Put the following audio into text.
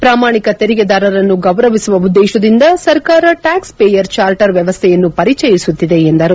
ಪ್ರಾಮಾಣಿಕ ತೆರಿಗೆದಾರರನ್ನು ಗೌರವಿಸುವ ಉದ್ದೇಶದಿಂದ ಸರ್ಕಾರ ಟ್ಯಾಕ್ಸ್ಪೇಯರ್ ಚಾರ್ಟರ್ ವ್ಯವಸ್ವೆಯನ್ನು ಪರಿಚಯಿಸುತ್ತಿದೆ ಎಂದರು